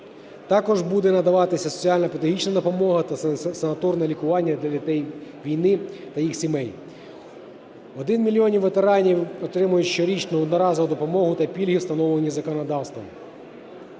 Також буде надаватися соціально-педагогічна допомога та санаторне лікування для дітей війни та їх сімей. Один мільйон ветеранів отримають щорічну одноразову допомогу та пільги, встановлені законодавством.